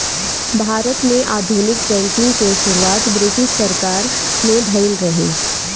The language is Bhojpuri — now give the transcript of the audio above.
भारत में आधुनिक बैंकिंग के शुरुआत ब्रिटिस सरकार में भइल रहे